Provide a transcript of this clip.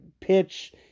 pitch